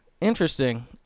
Interesting